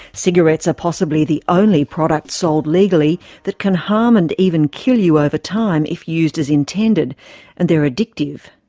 cigarettes are possibly the only products sold legally that can harm and even kill you over time if used used as intended and they are addictive.